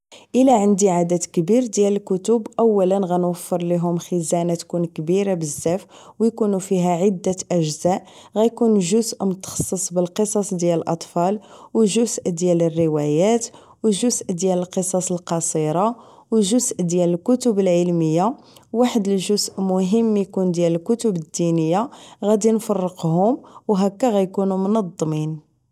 الا عندي عدد كبير ديال الكتب اولا غنوفر ليهم خزانة تكون كبيرة بزاف و اكونو فيها عدة اجزاء غيكون جزء متخصص بالقصص ديال الاطفال و جزء ديال الروايات و جزء ديال القصص القصيرة و جزء ديال الكتب العلمية وواحد الجزء مهم يكون ديال الكتب الدينية غادي نفرقهم هما غيكونو منضمين